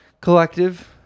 collective